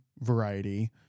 variety